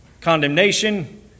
condemnation